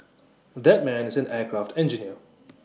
that man is an aircraft engineer